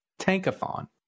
Tankathon